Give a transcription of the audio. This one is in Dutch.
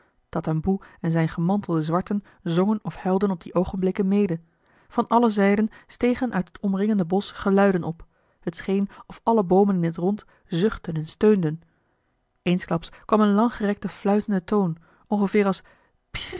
tatamboe en zijne gemantelde zwarten zongen of huilden op die oogenblikken mede van alle zijden stegen uit het omringende bosch geluiden op het scheen of alle boomen in het rond zuchtten en steunden eensklaps kwam een langgerekte fluitende toon ongeveer als